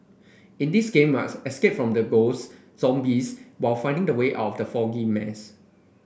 in this game must escape from the ghost zombies while finding the way out of the foggy maze